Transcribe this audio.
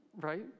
right